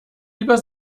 lieber